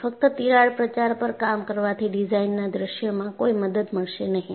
ફક્ત તિરાડ પ્રચાર પર કામ કરવાથી ડિઝાઇનના દૃશ્યમાં કોઈ મદદ મળશે નહીં